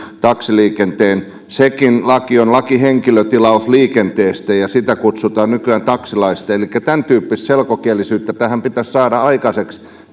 taksiliikenteen sekin laki on laki henkilötilausliikenteestä ja sitä kutsutaan nykyään taksilaiksi elikkä tämäntyyppistä selkokielisyyttä tähän lakitekstiin pitäisi saada aikaiseksi